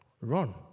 run